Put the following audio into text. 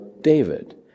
David